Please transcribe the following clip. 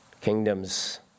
Kingdoms